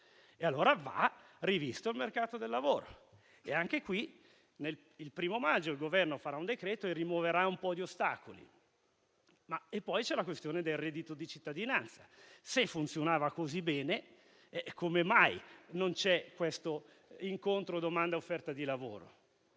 Allora va rivisto il mercato del lavoro. Anche in questo caso, il 1° maggio il Governo varerà un decreto che rimuoverà un po' di ostacoli. Poi vi è la questione del reddito di cittadinanza. Se funzionava così bene, come mai non c'è incontro tra domanda e offerta di lavoro?